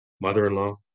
mother-in-law